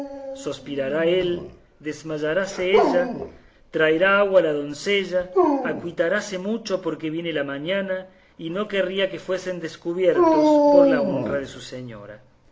se fiaba sospirará él desmayaráse ella traerá agua la doncella acuitaráse mucho porque viene la mañana y no querría que fuesen descubiertos por la honra de su señora